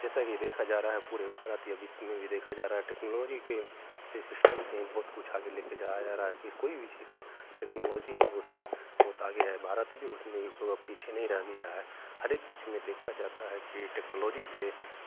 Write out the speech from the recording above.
जैसा कि देखा जा रहा है पूरे भारत या विश्व में भी देखा जा रहा है टेक्नोलोजी के सिस्टम से बहुत कुछ आगे लेके जाया जा रहा है कि कोई भी चीज हो टेक्नोलोजी ही उसमें बहुत आगे है भारत भी उसमें पीछे नहीं रह गया है हर एक चीज़ में देखा जाता है कि टेक्नोलोजी से